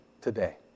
today